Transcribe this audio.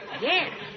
Yes